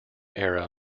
era